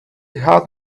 had